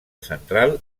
central